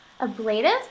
Ablative